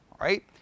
right